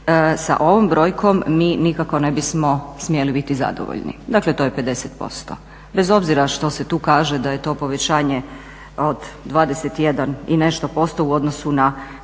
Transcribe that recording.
Sa ovom brojkom mi nikako ne bismo smjeli biti zadovoljni. Dakle, to je 50% bez obzira što se tu kaže da je to povećanje od 21 i nešto posto u odnosu na